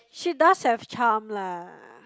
she does have charm lah